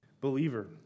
Believer